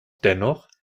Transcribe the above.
dennoch